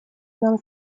нам